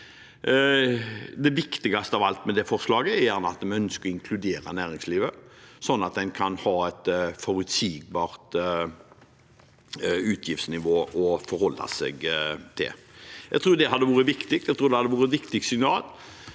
Det viktigste av alt med det forslaget er at vi ønsker å inkludere næringslivet, sånn at en kan ha et forutsigbart utgiftsnivå å forholde seg til. Jeg tror det hadde vært riktig, og at